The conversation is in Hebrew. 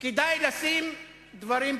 כדאי לשים את הדברים בפרופורציה.